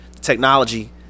technology